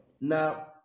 Now